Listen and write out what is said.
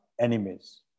enemies